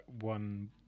one